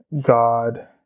God